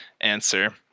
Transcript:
answer